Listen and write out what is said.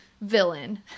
villain